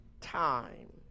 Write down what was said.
time